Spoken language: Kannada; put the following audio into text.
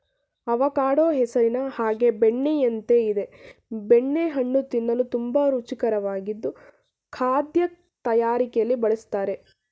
ಅವಕಾಡೊ ಹೆಸರಿನ ಹಾಗೆ ಬೆಣ್ಣೆಯಂತೆ ಇದೆ ಬೆಣ್ಣೆ ಹಣ್ಣು ತಿನ್ನಲು ತುಂಬಾ ರುಚಿಕರವಾಗಿದ್ದು ಖಾದ್ಯ ತಯಾರಿಕೆಲಿ ಬಳುಸ್ತರೆ